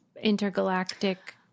intergalactic